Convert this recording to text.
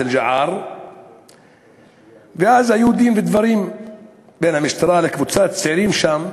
אל-ג'עאר היה דין ודברים בין המשטרה לקבוצת צעירים שם.